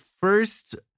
first